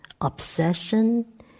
obsession